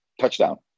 touchdown